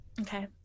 okay